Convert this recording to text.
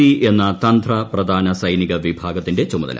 C എന്ന ത്ര്ത്രപ്രധാന സൈനിക വിഭാഗത്തിന്റെ ചുമതല